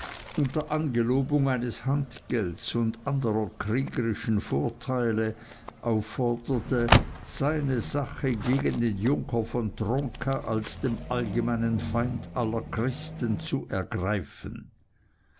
unter angelobung eines handgelds und anderer kriegerischen vorteile aufforderte seine sache gegen den junker von tronka als dem allgemeinen feind aller christen zu ergreifen